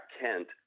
Kent